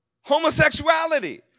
homosexuality